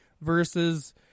versus